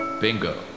Bingo